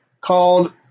called